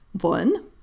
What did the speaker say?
One